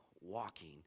walking